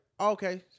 Okay